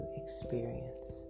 experience